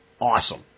awesome